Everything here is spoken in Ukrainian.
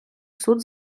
суд